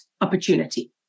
opportunity